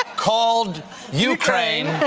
called ukraine,